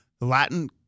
Latin